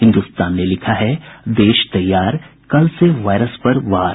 हिन्दुस्तान ने लिखा है देश तैयार कल से वायरस पर वार